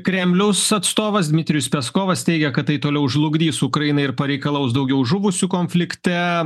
kremliaus atstovas dmitrijus peskovas teigia kad tai toliau žlugdys ukrainą ir pareikalaus daugiau žuvusių konflikte